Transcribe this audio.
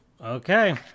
Okay